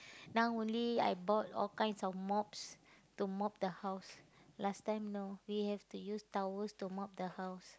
now only I bought all kinds of mops to mop the house last time no we have to use towels to mop the house